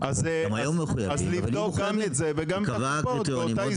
100%. אז תבדוק גם את זה וגם --- באותה הזדמנות.